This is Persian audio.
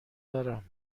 دارم